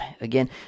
again